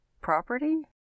property